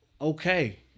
okay